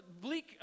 bleak